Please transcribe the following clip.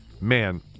man